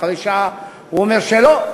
אחרי שעה הוא אומר שלא.